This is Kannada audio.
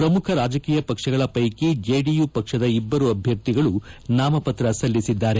ಪ್ರಮುಖ ರಾಜಕೀಯ ಪಕ್ಷಗಳ ಪೈಕಿ ಜೆಡಿಯು ಪಕ್ಷದ ಇಬ್ಬರು ಅಭ್ಯರ್ಥಿಗಳು ನಾಮಪತ್ರ ಸಲ್ಲಿಸಿದ್ದಾರೆ